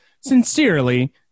Sincerely